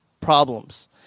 problems